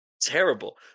terrible